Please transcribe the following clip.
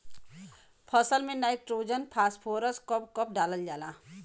फसल में nitrogen phosphorus कब कब डालल जाला?